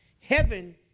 Heaven